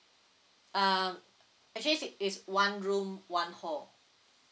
um actually it's it's one room one hall